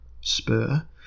spur